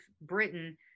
britain